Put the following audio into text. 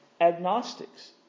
agnostics